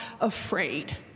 afraid